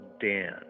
Dan